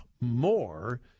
more